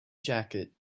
jacket